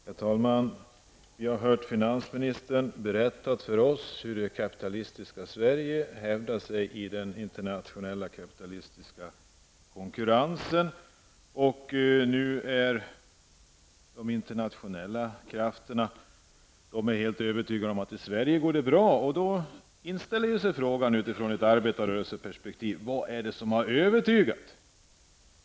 Herr talman! Vi har hört finansministern berätta för oss hur det kapitalistiska Sverige hävdar sig i den internationella kapitalistiska konkurrensen. Nu är de internationella krafterna helt övertygade om att det går bra i Sverige. Då inställer sig utifrån ett arbetarrörelseperspektiv frågan: Vad är det som har övertygat?